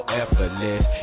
effortless